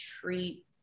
treat